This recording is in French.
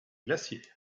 glacier